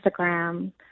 Instagram